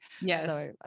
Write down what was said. Yes